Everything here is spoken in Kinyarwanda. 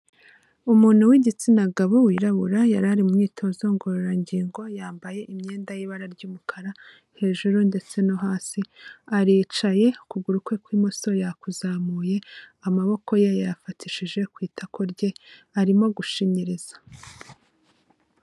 Umuntu w'igitsina gabo wirabura, yari ari mu myitozo ngororangingo, yambaye imyenda y'ibara ry'umukara hejuru ndetse no hasi, aricaye, ukuguru kwe kw'imoso yakuzamuye, amaboko ye yayafatishije ku itako rye, arimo gushinyiriza.